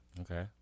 Okay